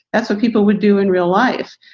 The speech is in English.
that's what people would do in real life.